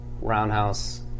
Roundhouse